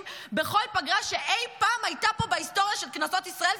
בכל פגרה שאי פעם הייתה פה בהיסטוריה של כנסות ישראל,